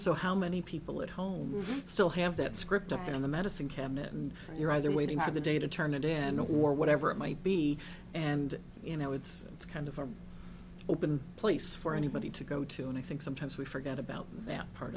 so how many people at home still have that script up there in the medicine cabinet and you're either waiting for the day to turn it in or whatever it might be and you know it's it's kind of an open place for anybody to go to and i think sometimes we forget about that part